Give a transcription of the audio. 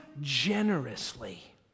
generously